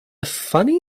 funny